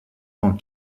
tant